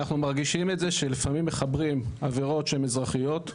אנחנו מרגישים את זה שלפעמים מחברים עבירות שהן אזרחיות,